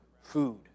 food